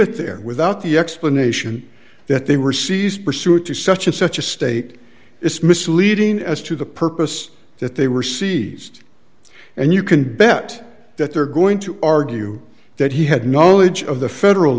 it there without the explanation that they were seized pursuant to such of such a state it's misleading as to the purpose that they were seized and you can bet that they're going to argue that he had knowledge of the federal